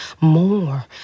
more